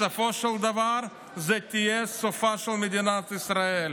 בסופו של דבר זה יהיה סופה של מדינת ישראל.